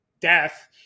death